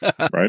right